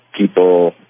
people